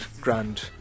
grand